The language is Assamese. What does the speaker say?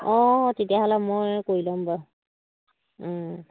অঁ তেতিয়াহ'লে মই কৰি ল'ম বাৰু